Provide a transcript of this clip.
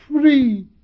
free